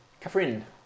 Catherine